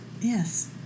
Yes